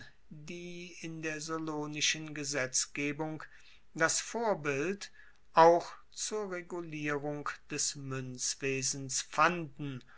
die in der solonischen gesetzgebung das vorbild auch zur regulierung des muenzwesens fanden